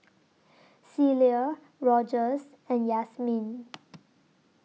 Celia Rogers and Yasmine